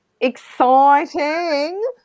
Exciting